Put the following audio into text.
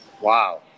Wow